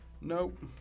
Nope